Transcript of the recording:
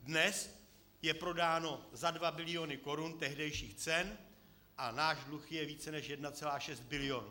Dnes je prodáno za 2 biliony korun tehdejších cen a náš dluh je více než 1,6 bilionu.